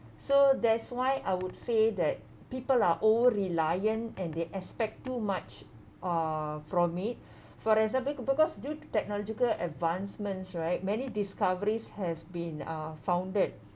so that's why I would say that people are all reliant and they expect too much uh from it for example because due to technological advancements right many discoveries has been uh founded